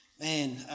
Man